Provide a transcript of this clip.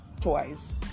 twice